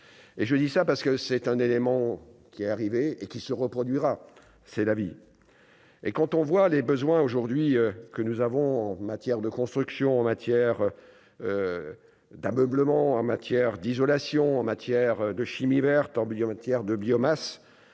et je dis ça parce que c'est un élément qui est arrivé et qui se reproduira, c'est la vie, et quand on voit les besoins aujourd'hui que nous avons en matière de construction en matière d'ameublement en matière d'isolation en matière de chimie verte embellie en matière de biomasse